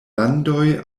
landoj